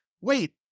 wait